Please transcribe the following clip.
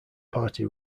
party